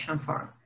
forum